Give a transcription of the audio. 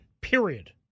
Period